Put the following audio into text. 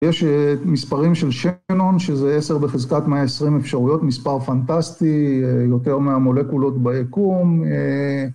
יש מספרים של שנון, שזה 10 בחזקת 120 אפשרויות, מספר פנטסטי יותר מהמולקולות ביקום.